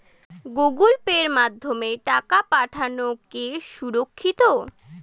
Google pay মাধ্যমে টাকা পাঠানোকে সুরক্ষিত?